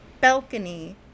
balcony